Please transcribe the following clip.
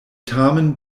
tamen